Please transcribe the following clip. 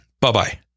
bye-bye